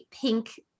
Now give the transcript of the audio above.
pink